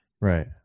Right